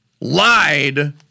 lied